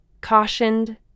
cautioned